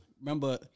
Remember